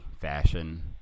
fashion